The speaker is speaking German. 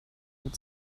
mit